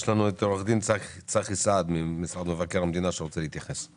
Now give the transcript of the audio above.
עורך דין צחי סעד ממשרד מבקר המדינה רוצה להתייחס.